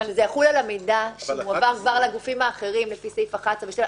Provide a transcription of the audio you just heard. אלא על המידע שמועבר לגופים האחרים לפי סעיף 11 ו-12.